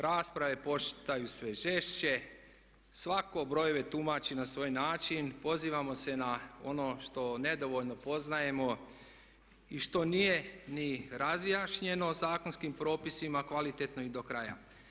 Rasprave postaju sve žešće, svatko brojeve tumači na svoj način, pozivamo se na ono što nedovoljno poznajemo i što nije ni razjašnjeno zakonskim propisima kvalitetno i do kraja.